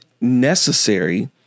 necessary